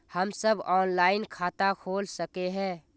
हम सब ऑनलाइन खाता खोल सके है?